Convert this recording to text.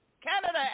Canada